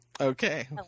Okay